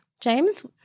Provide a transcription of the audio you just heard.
James